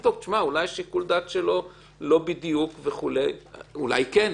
לבדוק אם אולי שיקול הדעת שלו לא בדיוק או אולי כן.